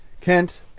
Kent